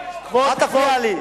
אל תפריע לי.